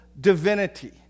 divinity